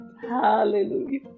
hallelujah